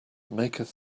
maketh